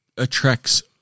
attracts